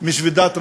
משביתת רעב,